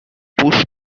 push